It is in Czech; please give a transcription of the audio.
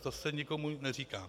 To se nikomu neříká.